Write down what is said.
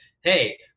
hey